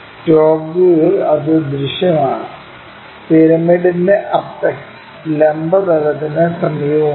top വ്യൂവിൽ അത് ദൃശ്യമാണ് പിരമിഡിന്റെ അപെക്സ് ലംബ തലത്തിന് സമീപമാണ്